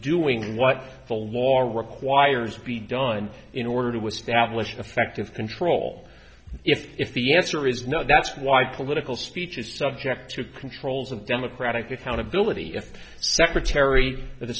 doing what the law requires be done in order to establish effective control if the answer is no that's why political speech is subject to controls and democratic accountability if secretary